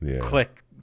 click